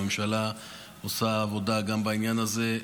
הממשלה עושה עבודה גם בעניין הזה,